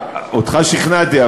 אותך שכנעתי,